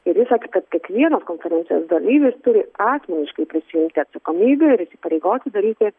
ir jis sakė kad kiekvienas konferencijos dalyvis turi asmeniškai prisiimti atsakomybę ir įsipareigoti daryti